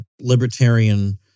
Libertarian